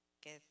que